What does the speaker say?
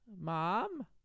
Mom